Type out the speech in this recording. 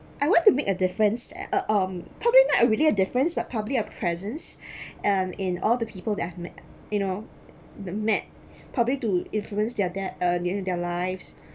I want to make a difference uh um probably not really a difference but probably a presence um in all the people that I've met you know the met probably to influence their tha~ uh I mean in their lives